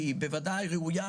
היא בוודאי ראויה,